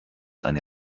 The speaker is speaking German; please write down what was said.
eine